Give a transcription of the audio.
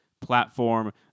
platform